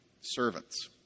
servants